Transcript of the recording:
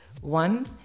One